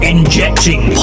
Injecting